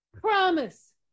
promise